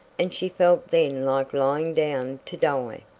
and she felt then like lying down to die!